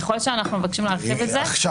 ככל שאנחנו מבקשים להרחיב את זה --- עכשיו